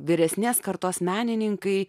vyresnės kartos menininkai